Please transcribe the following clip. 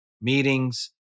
meetings